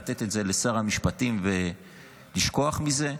לתת את זה לשר המשפטים ולשכוח מזה.